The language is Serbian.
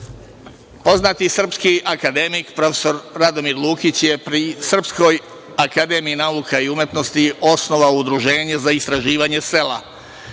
Poznati srpski akademik prof. Radomir Lukić je pri Srpskoj akademiji nauka i umetnosti osnovao Udruženje za istraživanje sela.